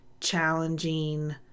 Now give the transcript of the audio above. challenging